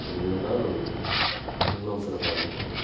அப்படி இருந்தால் இன்னும் சிறப்பாக இருக்கும்